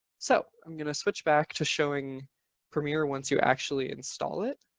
so i'm going to switch back to showing premier once you actually install it.